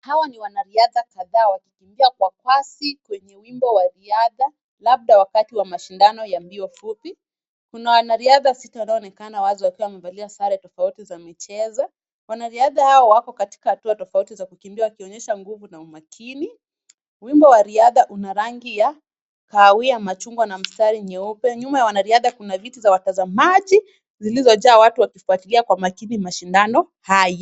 Hawa ni wanariadha kadhaa wakikimbia kwa kasi kwenye wimbo wa riadha. Labda wakati wa mashindano ya mbio fupi. Kuna wanariadha sita wanaoonekana wazi wakiwa wamevalia sare tofauti za michezo. Wanariadha hawa wako katika hatua tofauti za kukimbia wakionyesha nguvu na umakini. Wimbo wa riadha una rangi ya kahawia, machungwa na mstari nyeupe .Nyuma ya wanariadha kuna vitu za watazamaji zilizojaa watu wakifuatilia kwa makini mashindano haya.